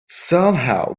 somehow